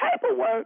paperwork